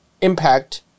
impact